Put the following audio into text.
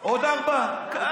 אתה חושב,